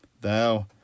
Thou